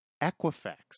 Equifax